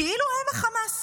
כאילו הם החמאס.